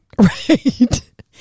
right